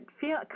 feel